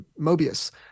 Mobius